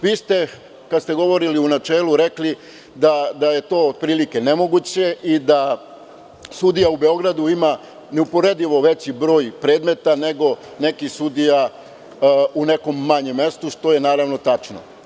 Vi ste kada ste govorili u načelu rekli, da je to otprilike nemoguće i da sudija u Beogradu ima neuporedivo veći broj predmeta, nego neki sudija u nekom manjem mestu, što je naravno tačno.